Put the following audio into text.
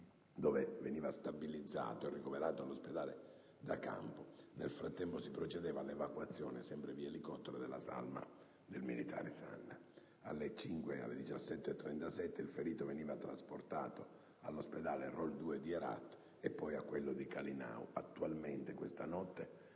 dove veniva stabilizzato e ricoverato presso l'ospedale da campo. Nel frattempo si procedeva all'evacuazione, sempre via elicottero, della salma del militare Sanna. Alle 17,37, il ferito veniva trasportato all'ospedale Role 2 di Herat dopo uno scalo